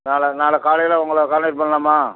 நாளை நாளை காலையில் உங்களை கான்டாக்ட் பண்ணலாமா